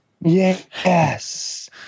Yes